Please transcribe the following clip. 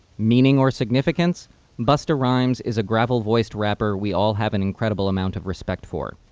meaning or significance busta rhymes is a gravel voiced rapper we all have an incredible amount of respect for.